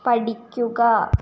പഠിക്കുക